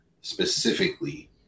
specifically